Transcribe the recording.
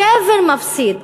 הגבר מפסיד.